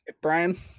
Brian